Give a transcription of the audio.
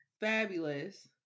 fabulous